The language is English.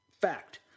fact